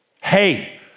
Hey